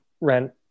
rent